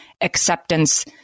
acceptance